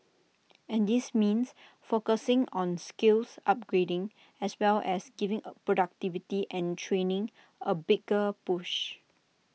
and this means focusing on skills upgrading as well as giving A productivity and training A bigger push